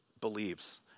believes